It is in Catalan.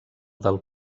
del